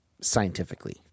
scientifically